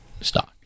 stock